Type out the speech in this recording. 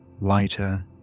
lighter